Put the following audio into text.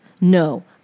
no